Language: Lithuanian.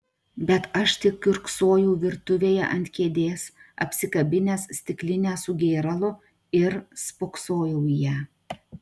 bet aš tik kiurksojau virtuvėje ant kėdės apsikabinęs stiklinę su gėralu ir spoksojau į ją